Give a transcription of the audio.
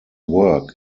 work